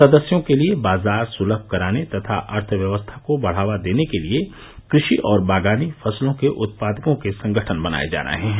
सदस्यों के लिए बाजार सुलभ कराने तथा अर्थव्यवस्था को बढावा देने के लिए कृषि और बागानी फसलों के उत्पादकों के संगठन बनाये जा रहे हैं